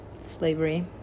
slavery